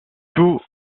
cou